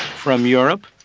from europe,